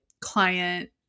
client